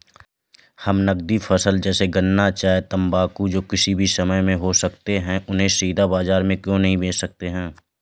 हम नगदी फसल जैसे गन्ना चाय तंबाकू जो किसी भी समय में हो सकते हैं उन्हें सीधा बाजार में क्यो नहीं बेच सकते हैं?